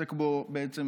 עוסק בו בעצם